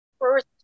first